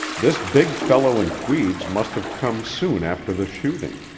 this big fellow in tweeds must have come soon after the shooting.